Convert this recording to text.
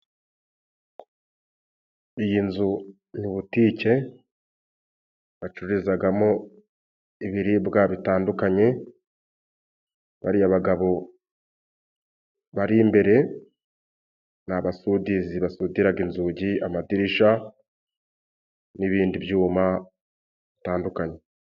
Iyi nzu ni butike bacururizagamo ibiribwa bitandukanye, bariya bagabo bari imbere n'abasudizi basudiraga inzugi ,amadirisha ,n'ibindi byuma bitandukanye.